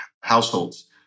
households